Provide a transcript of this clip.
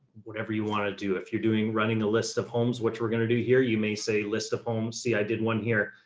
whatever you want to do. if you're doing running a list of homes, which we're going to do here, you may say list of homes. see, i did one here.